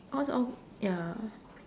all it's all ya